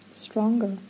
stronger